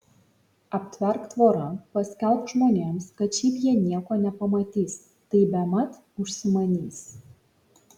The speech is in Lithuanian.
aptverk tvora paskelbk žmonėms kad šiaip jie nieko nepamatys tai bemat užsimanys